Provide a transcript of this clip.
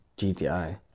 GTI